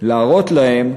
להראות להם,